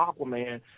Aquaman